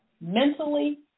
mentally